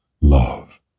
love